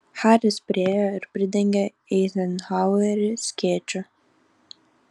haris priėjo ir pridengė eizenhauerį skėčiu